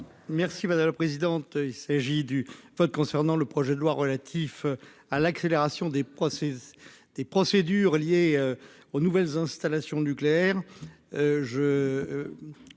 Merci madame la présidente. Il s'agit du vote concernant le projet de loi relatif à l'accélération des processus des procédures liées aux nouvelles installations nucléaires.